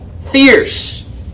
fierce